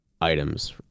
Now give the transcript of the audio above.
items